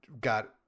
got